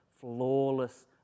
flawless